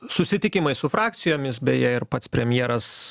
susitikimai su frakcijomis beje ir pats premjeras